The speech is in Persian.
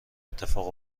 اتفاق